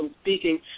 speaking